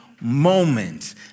moment